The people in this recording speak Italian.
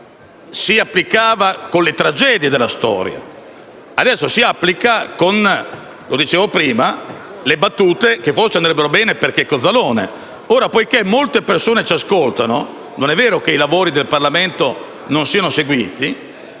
si applicava con le tragedie della storia, adesso si applica con battute che forse andrebbero bene per Checco Zalone. Ora, poiché molte persone ci ascoltano (non è vero che i lavori del Parlamento non siano seguiti)